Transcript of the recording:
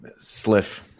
Sliff